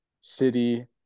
City